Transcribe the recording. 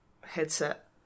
Headset